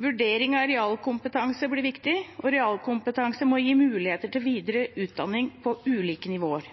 Vurdering av realkompetanse blir viktig, og realkompetanse må gi muligheter til videre utdanning på ulike nivåer.